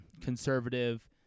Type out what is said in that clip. conservative